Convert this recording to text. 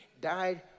died